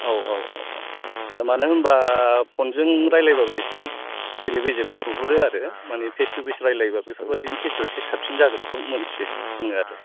औ औ औ दा मानो होनबा फन जों रायलायबाबो एसे बेले बेजेखौ नुहरो आरो माने फेस टु फेस रायलायबा बेफोरबायदिनि केस आव एसे साबसिन जागोनखौ मोन्थियो बेनो आरो